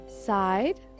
side